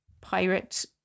pirate